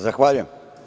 Zahvaljujem.